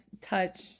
touch